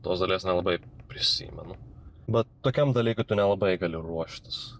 tos dalies nelabai prisimenu bet tokiam dalykui tu nelabai gali ruoštis